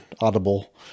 audible